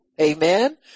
Amen